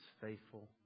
faithful